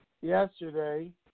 yesterday